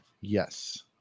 Yes